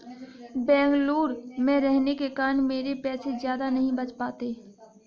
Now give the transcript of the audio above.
बेंगलुरु में रहने के कारण मेरे पैसे ज्यादा नहीं बच पाते